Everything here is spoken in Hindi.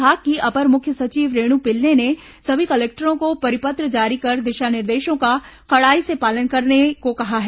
विभाग की अपर मुख्य सचिव रेणु पिल्ले ने सभी कलेक्टरों को परिपत्र जारी कर दिशा निर्देशों का कड़ाई से पालन करने को कहा है